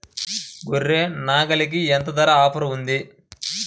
గొర్రె, నాగలికి ఎంత ధర ఆఫర్ ఉంది?